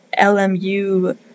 LMU